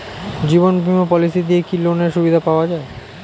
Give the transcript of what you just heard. জীবন বীমা পলিসি দিয়ে কি লোনের সুবিধা পাওয়া যায়?